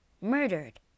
murdered